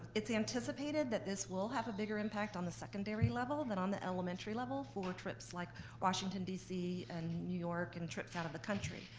it's anticipated that this will have a bigger impact on the secondary level than on the elementary level for trips like washington dc, and new york, and trips out of the country.